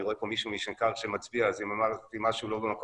אני רואה פה מישהו משנקר שמצביע אז אם אמרתי משהו לא במקום,